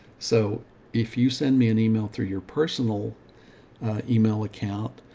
so if you send me an email through your personal email account,